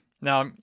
Now